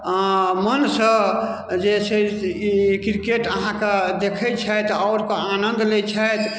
मनसँ जे छै से ई क्रिकेट अहाँके देखै छथि आओर ओकर आनन्द लै छथि